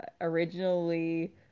originally